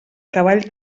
cavall